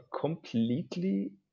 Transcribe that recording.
completely